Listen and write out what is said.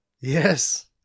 Yes